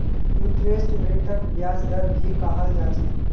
interest रेटक ब्याज दर भी कहाल जा छे